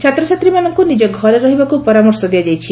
ଛାତ୍ରଛାତ୍ରୀମାନଙ୍କୁ ନିଜ ଘରେ ରହିବାକୁ ପରାମର୍ଶ ଦିଆଯାଇଛି